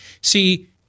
See